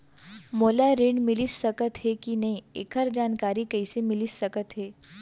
मोला ऋण मिलिस सकत हे कि नई एखर जानकारी कइसे मिलिस सकत हे?